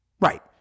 Right